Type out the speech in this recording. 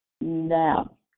Now